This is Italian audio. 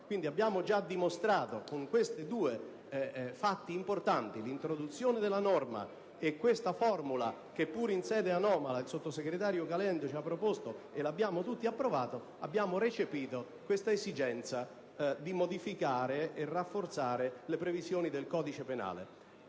abbiamo già dimostrato con questi due fatti importanti, (l'introduzione della norma e questa formula che, pur in sede anomala, il sottosegretario Caliendo ci ha proposto, e che abbiamo tutti approvato) di aver recepito l'esigenza di modificare e rafforzare le previsioni del codice penale.